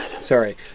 Sorry